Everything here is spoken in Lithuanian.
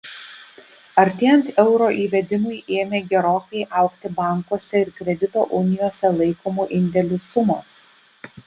artėjant euro įvedimui ėmė gerokai augti bankuose ir kredito unijose laikomų indėlių sumos